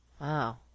Wow